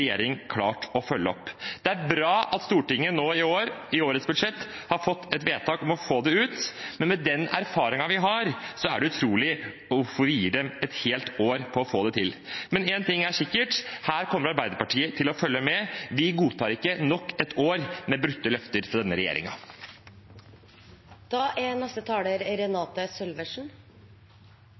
regjering klart å følge opp. Det er bra at Stortinget nå i årets budsjett har fått et vedtak om å få det ut, men med den erfaringen vi har, er det utrolig at vi gir dem et helt år på å få det til. Én ting er sikkert: Her kommer Arbeiderpartiet til å følge med – vi godtar ikke nok et år med brutte løfter fra denne regjeringen. De fleste kjenner fortellingen om Norge. Historien vår er